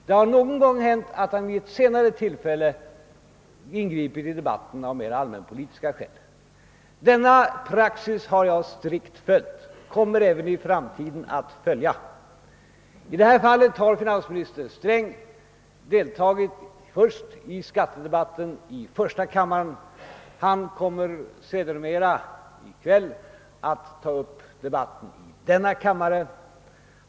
Det har någon gång hänt att han vid ett senare tillfälle deltagit i debatten av mera allmänpolitiska skäl. Denna praxis har jag följt strikt och kommer äver att göra det i framtiden. I detta fall har finansminister Sträng först deltagit i skattedebatten i första kammaren, och han kommer i kväll att fortsätta i denna kammare.